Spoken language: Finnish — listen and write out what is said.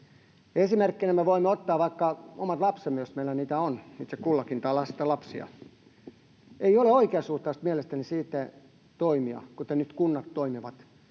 Esimerkkinä me voimme ottaa vaikka omat lapsemme, jos meillä niitä on itse kullakin, tai lastenlapsia. Ei ole oikeasuhtaista mielestäni siten toimia, kuten nyt kunnat toimivat,